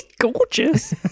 gorgeous